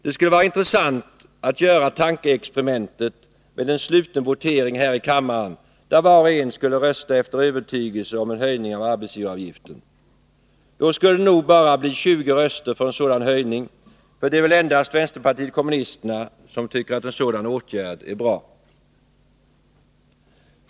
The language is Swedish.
Det skulle vara intressant att göra tankeexperimentet med en sluten votering här i kammaren, där var och en skulle rösta efter övertygelse om en höjning av arbetsgivaravgiften. Då skulle det nog bara bli 20 röster för en sådan höjning, för det är väl endast vänsterpartiet kommunisterna som tycker att en sådan åtgärd är bra.